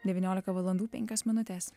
devyniolika valandų penkios minutės